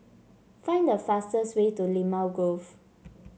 find the fastest way to Limau Grove